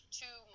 two